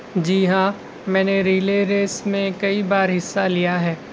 جی ہاں میں نے ریلے ریس میں کئی بار حصہ لیا ہے